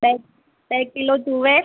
બે બે કિલો તુવેર